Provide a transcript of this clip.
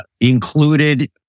included